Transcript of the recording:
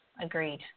Agreed